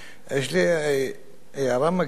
יש לי הערה מקדימה.